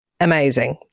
Amazing